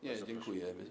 Nie, dziękuję.